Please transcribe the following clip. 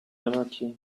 anarchy